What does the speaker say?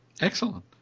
excellent